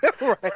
Right